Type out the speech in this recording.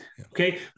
Okay